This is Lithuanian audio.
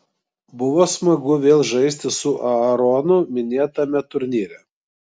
buvo smagu vėl žaisti su aaronu minėtame turnyre